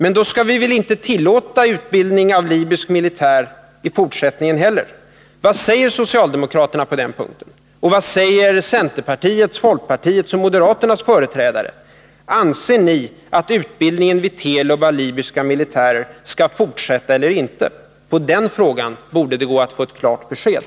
Men då skall vi väl inte tillåta utbildning av libysk militär i fortsättningen heller. Vad säger socialdemokraterna på den punkten? Och vad säger centerpartiets, folkpartiets och moderaternas företrädare? Anser ni att utbildningen vid Telub av libyska militärer skall fortsätta eller inte? På den frågan borde det gå att få ett klart besked.